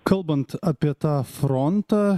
kalbant apie tą frontą